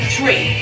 Three